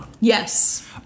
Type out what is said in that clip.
Yes